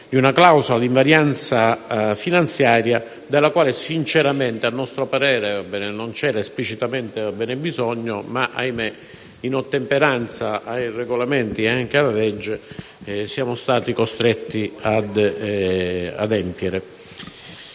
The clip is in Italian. di una clausola di invarianza finanziaria della quale sinceramente, a nostro parere, non c'era esplicitamente bisogno, ma che, in ottemperanza ai Regolamenti e anche alla legge, siamo stati costretti ad inserire.